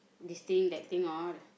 this thing that thing all